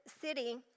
city